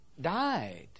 died